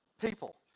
people